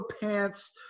pants